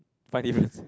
find difference